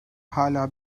hala